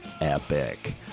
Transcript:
epic